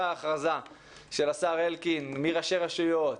ההכרזה של השר אלקין: מראשי רשויות,